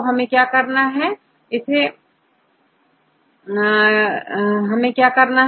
तो हमें क्या करना होगा